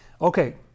Okay